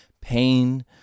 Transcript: pain